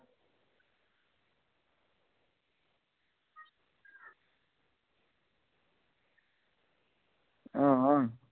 हां हां